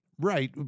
Right